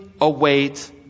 await